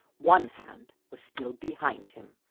one hand was still behind him.